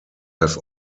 have